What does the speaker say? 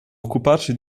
occuparsi